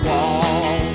Wall